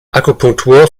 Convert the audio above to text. akupunktur